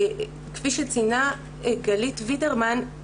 כפי שציינה גלית וידרמן,